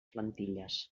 plantilles